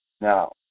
Now